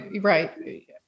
right